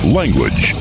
language